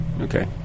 Okay